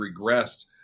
regressed